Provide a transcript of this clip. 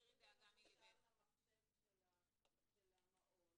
אם זה מחובר למחשב של המעון